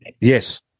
Yes